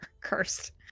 Cursed